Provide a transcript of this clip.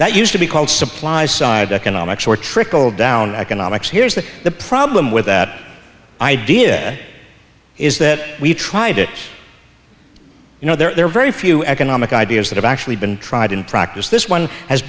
that used to be called supplies side economics or trickle down economics here's the the problem with that idea is that we tried it you know there are very few economic ideas that have actually been tried in practice this one has